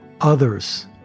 others